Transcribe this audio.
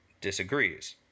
disagrees